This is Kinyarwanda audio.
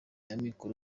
amikoro